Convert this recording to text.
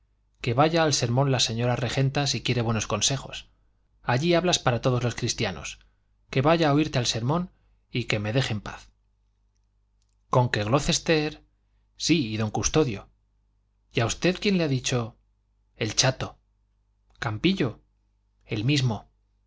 que vaya al sermón la señora regenta si quiere buenos consejos allí hablas para todos los cristianos que vaya a oírte al sermón y que me deje en paz con que glocester sí y don custodio y a usted quién le ha dicho el chato campillo el mismo